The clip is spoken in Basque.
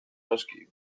noski